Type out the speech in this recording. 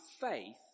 faith